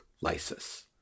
lysis